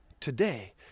today